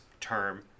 term